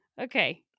Okay